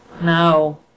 No